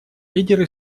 лидеры